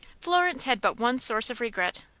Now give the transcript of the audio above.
florence had but one source of regret.